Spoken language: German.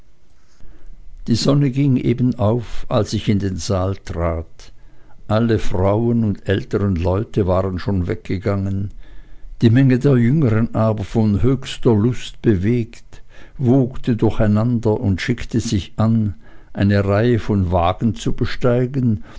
die sonne ging eben auf als ich in den saal trat alle frauen und älteren leute waren schon weggegangen die menge der jüngeren aber von höchster lust bewegt wogte durcheinander und schickte sich an eine reihe von wagen zu besteigen